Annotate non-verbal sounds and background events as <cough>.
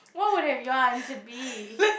what would have your answer be <noise>